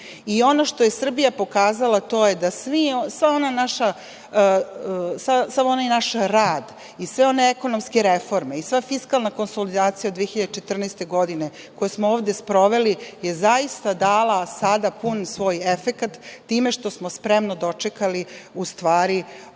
dana. Ono što je Srbija pokazala, a to je da sav onaj naš rad i sve one ekonomske reforme i sva fiskalna konsolidacija od 2014. godine koje smo ovde sproveli je zaista dala sada pun svoj efekat time što smo spremno dočekali ovakav vid